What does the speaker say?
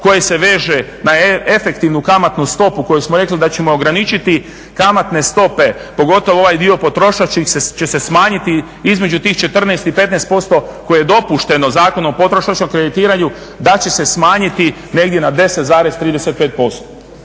koje se veže na efektivnu kamatnu stopu koju smo rekli da ćemo ograničiti kamatne stope pogotovo ovaj dio potrošački će se smanjiti između tih 14 i 15% koje je dopušteno Zakonom o potrošačkom kreditiranju da će se smanjiti negdje na 10,35%.